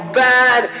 bad